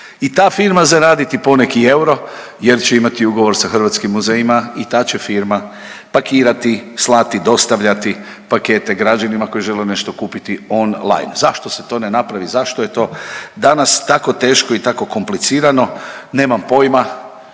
i ta firma zaraditi poneki euro jer će imati ugovor sa hrvatskim muzejima i ta će firma pakirati, slati, dostavljati pakete građanima koji žele nešto kupiti online. Zašto se to ne napravi? Zašto je to danas tako teško i tako komplicirano? Nemam pojma,